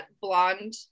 blonde